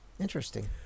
Interesting